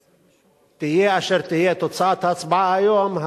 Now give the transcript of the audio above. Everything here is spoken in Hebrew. תהיה אשר תהיה תוצאת ההצבעה היום,